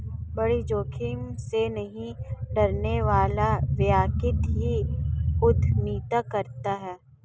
बड़ी जोखिम से नहीं डरने वाला व्यक्ति ही उद्यमिता करता है